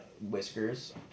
whiskers